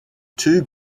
two